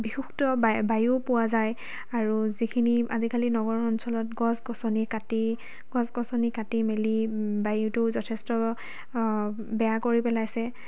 বিশুদ্ধ বায়ু বায়ু পোৱা যায় আৰু যিখিনি আজিকালি নগৰ অঞ্চলত গছ গছনি কাটি গছ গছনি কাটি মেলি বায়ুটো যথেষ্ট বেয়া কৰি পেলাইছে